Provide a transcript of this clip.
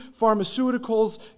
pharmaceuticals